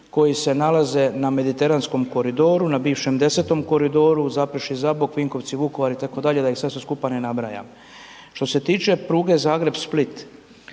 koji se nalaze na Mediteranskom koridoru, na bivšem 10. koridoru, Zaprešić-Zabok, Vinkovci-Vukovar, itd., da ih sad sve skupa ne nabrajam. Što se tiče pruge Zagreb-Split